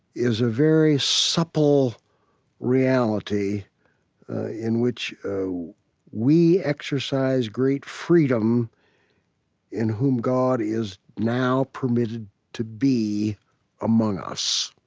is a very supple reality in which we exercise great freedom in who um god is now permitted to be among us.